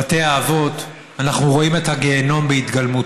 בתי האבות, אנחנו רואים את הגיהינום בהתגלמותו.